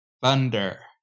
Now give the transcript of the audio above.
Thunder